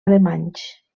alemanys